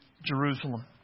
Jerusalem